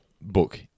book